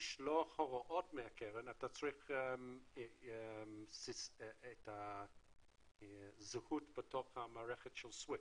לשלוח הוראות מהקרן אתה צריך את הזכות בתוך המערכת של סוויפט,